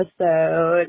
episode